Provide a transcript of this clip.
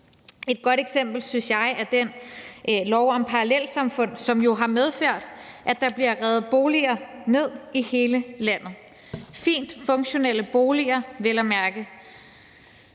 Et godt eksempel, synes jeg, er den lov om parallelsamfund, som jo har medført, at der bliver revet boliger ned i hele landet. Det er vel at mærke